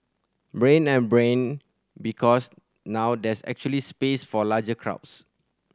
Brain and Brain because now there's actually space for larger crowds